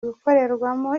gukorerwamo